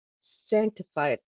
sanctified